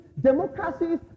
democracies